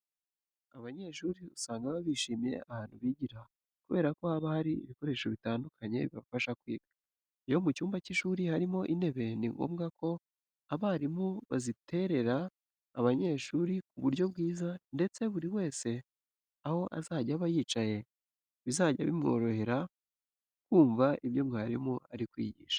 Abanyeshuri usanga baba bishimiye ahantu bigira kubera ko haba hari ibikoresho bitandukanye bibafasha kwiga. Iyo mu cyumba cy'ishuri harimo intebe, ni ngombwa ko abarimu baziterera abanyeshuri ku buryo bwiza ndetse buri wese aho azajya aba yicaye bizajya bimworohera kumva ibyo mwarimu ari kwigisha.